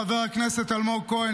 חבר הכנסת אלמוג כהן,